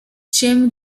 jim